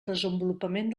desenvolupament